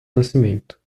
nascimento